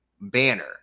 banner